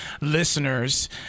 listeners